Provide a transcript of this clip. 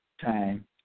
time